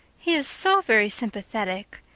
he is so very sympathetic.